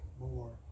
more